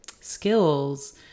skills